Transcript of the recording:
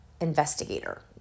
investigator